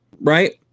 Right